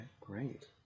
great